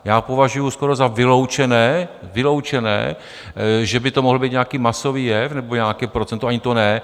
Já považuji skoro za vyloučené, že by to mohl být nějaký masový jev nebo nějaké procento, ani to ne.